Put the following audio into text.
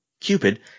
Cupid